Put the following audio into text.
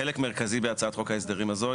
חלק מרכזי בהצעת חוק ההסדרים הזו,